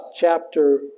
chapter